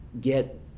get